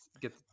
get